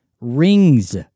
rings